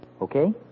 Okay